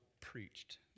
preached